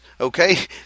okay